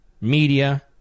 media